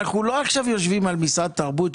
אנחנו לא עכשיו יושבים על משרד התרבות,